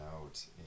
out